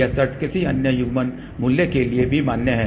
यह शर्त किसी अन्य युग्मन मूल्य के लिए भी मान्य है